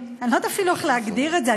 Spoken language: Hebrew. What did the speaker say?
אני לא יודעת אפילו איך להגדיר את זה,